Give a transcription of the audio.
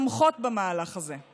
תומכים במהלך הזה.